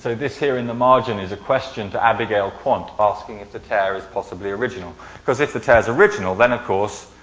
so this there in the margin is a question to abigail quandt, asking if the tear is possibly original. cause if the tear's original, then of course,